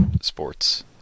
sports